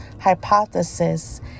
Hypothesis